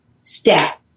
step